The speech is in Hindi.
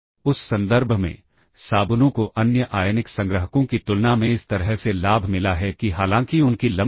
इसलिए यदि आप ऐसा चाहते हैं तो ऐसी स्थितियाँ हो सकती हैं